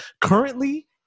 Currently